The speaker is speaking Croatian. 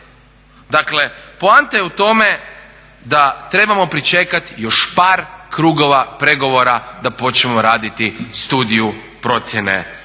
Dakle poanta je u tome da trebamo pričekati još par krugova pregovora da počnemo raditi Studiju procjene